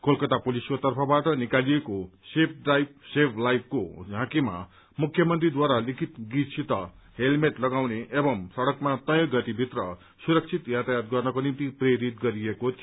कोलकता पुलिसको तर्फबाट निकालिएको सेफ ड्राइभ सेभ लाइवको झाँकीमा मुख्यमन्त्रीद्वारा लिखित गीतसित हेल्मेट लगाउने एवं सड़कमा तय गतिभित्र सुरक्षित यातायात गर्नको निमित प्रेरित गरिएको थियो